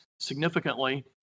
significantly